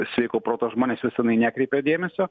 sveiko proto žmonės jau seniai nekreipia dėmesio